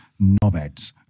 knobheads